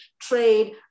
trade